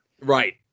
right